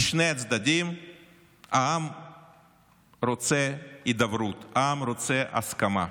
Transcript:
משני הצדדים העם רוצה הידברות, העם רוצה הסכמה.